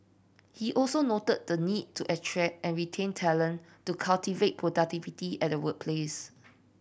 he also noted the need to attract and retain talent to cultivate productivity at the workplace